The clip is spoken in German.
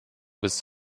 bis